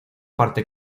parte